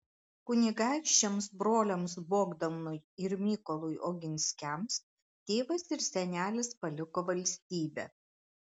kunigaikščiams broliams bogdanui ir mykolui oginskiams tėvas ir senelis paliko valstybę